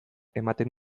ematen